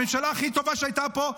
הממשלה הכי טובה שהייתה פה.